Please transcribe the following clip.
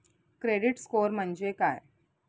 Credit score म्हणजे काय?